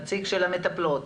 נציג המטפלות,